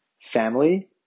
Family